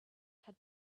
had